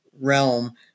realm